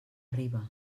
riba